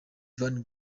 van